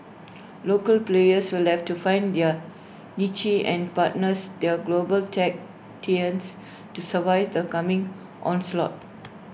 local players will left to find their niche and partners their global tech titans to survive the coming onslaught